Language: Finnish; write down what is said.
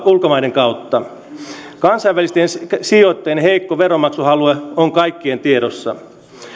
ulkomaiden kautta kansainvälisten sijoittajien heikko veronmaksuhalu on kaikkien tiedossa